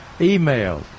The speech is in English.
email